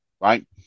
right